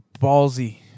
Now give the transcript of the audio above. ballsy